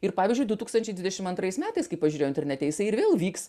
ir pavyzdžiui du tūkstančiai dvidešim antrais metais kaip pažiūrėjau internete jisai ir vėl vyks